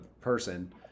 person